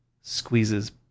squeezes